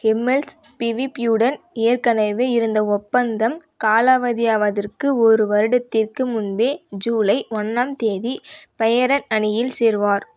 ஹிம்மல்ஸ் பிவிபியுடன் ஏற்கனவே இருந்த ஒப்பந்தம் காலாவதியாவதற்கு ஒரு வருடத்திற்கு முன்பே ஜூலை ஒன்றாம் தேதி பெயரன் அணியில் சேருவார்